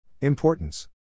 Importance